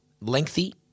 Lengthy